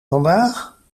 vandaag